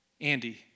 Andy